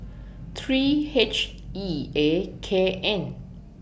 three H E A K N